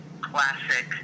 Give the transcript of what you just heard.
classic